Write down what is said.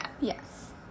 Yes